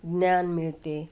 ज्ञान मिळते आहे